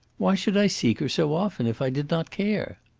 why should i seek her so often if i did not care?